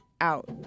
out